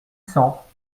cents